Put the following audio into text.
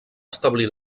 establir